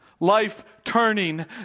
Life-turning